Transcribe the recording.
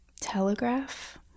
telegraph